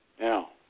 Now